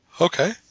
Okay